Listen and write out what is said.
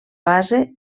base